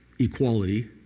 equality